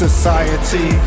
Society